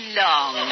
long